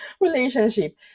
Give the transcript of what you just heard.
relationship